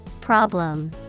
Problem